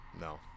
No